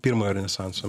pirmojo renesanso